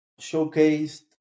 showcased